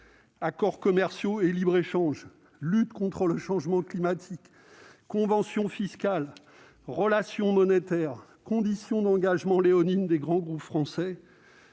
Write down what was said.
Accords commerciaux et libre-échange, lutte contre le changement climatique, conventions fiscales, relations monétaires, conditions d'engagements léonines des grands groupes français